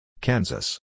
Kansas